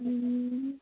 ꯎꯝ